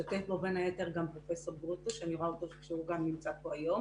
השתתף בו בין היתר פרופ' גרוטו אני רואה שהוא נמצא פה גם היום